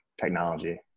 technology